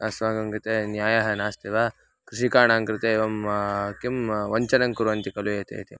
अस्माकं कृते न्यायः नास्ति वा कृषकाणां कृते एवं किं वञ्चनं कुर्वन्ति खलु इति